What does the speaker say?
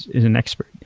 is an expert.